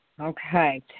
Okay